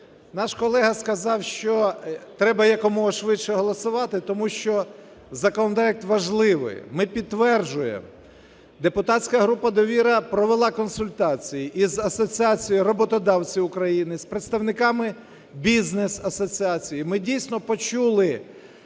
Наш колега сказав, що треба якомога швидше голосувати, тому що законопроект важливий. Ми підтверджуємо. Депутатська група "Довіра" провела консультації і з Асоціацією роботодавців України, з представниками бізнес-асоціацій. Ми дійсно почули